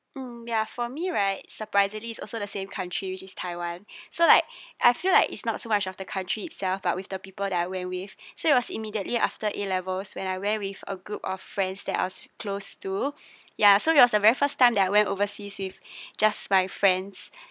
mm ya for me right surprisingly is also the same country which is taiwan so like I feel like it's not so much of the country itself but with the people that I went with so it was immediately after A levels when I went with a group of friends that I was close to ya so it was the very first time that I went overseas with just my friends